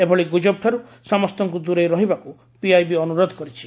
ଏଭଳି ଗୁଜବଠାରୁ ସମସ୍ତଙ୍କୁ ଦୂରେଇ ରହିବାକୁ ପିଆଇବି ଅନୁରୋଧ କରିଛି